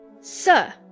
Sir